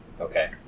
Okay